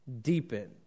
deepened